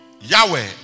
Yahweh